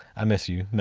i miss you.